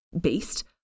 based